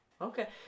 Okay